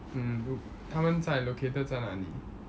um 他们在 located 在哪里